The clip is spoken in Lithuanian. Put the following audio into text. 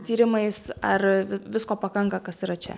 tyrimais ar visko pakanka kas yra čia